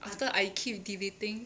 after I keep deleting